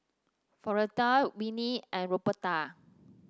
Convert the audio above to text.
Floretta Winnie and Roberta